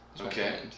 Okay